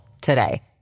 today